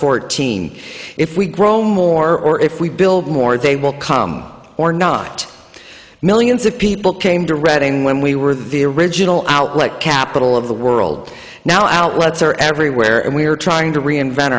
fourteen if we grow more or if we build more they will come or not millions of people came to reading when we were the original outlet capital of the world now outlets are everywhere and we are trying to reinvent